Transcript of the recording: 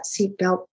seatbelt